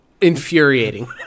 infuriating